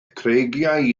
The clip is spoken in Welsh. creigiau